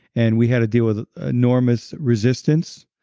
and we had to deal with enormous resistance,